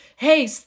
hey